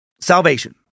Salvation